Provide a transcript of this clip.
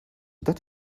that